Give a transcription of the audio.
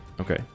Okay